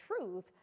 truth